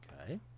Okay